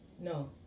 No